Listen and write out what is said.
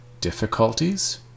difficulties